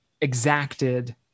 exacted